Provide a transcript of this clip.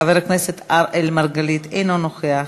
חבר הכנסת אראל מרגלית, אינו נוכח.